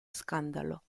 scandalo